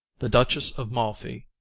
the duchess of malfi,